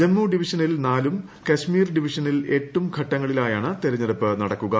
ജമ്മു ഡിവിഷനിൽ നാലും കശ്മീർ ഡിവിഷനിൽ എട്ടും ഘട്ടങ്ങളിലായാണ് തെരഞ്ഞെടുപ്പ് നടക്കുക